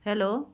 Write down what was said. hello